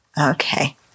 Okay